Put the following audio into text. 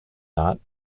not